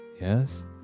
Yes